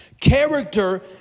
Character